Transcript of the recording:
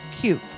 Cute